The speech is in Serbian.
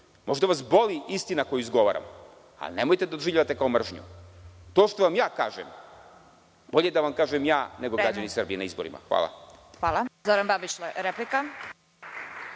Možda vas boli istina koju izgovaram, ali nemojte da doživljavate kao mržnju. To što vam ja kažem, bolje da vam kažem ja, nego građani Srbije na izborima. Hvala. **Vesna Kovač** Reč ima